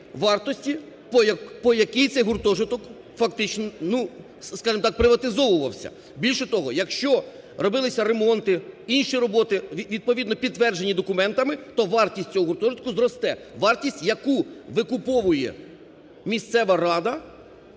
вартості, по якій цей гуртожиток фактично, скажімо так, приватизовувався. Більше того, якщо робилися ремонти, інші роботи, відповідно підтверджені документами, то вартість цього гуртожитку зросте. Вартість, яку викуповує місцева рада,